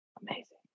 amazing